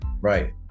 Right